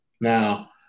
Now